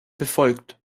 befolgt